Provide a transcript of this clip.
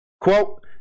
Quote